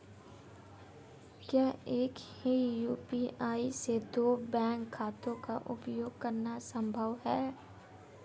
क्या एक ही यू.पी.आई से दो बैंक खातों का उपयोग करना संभव है?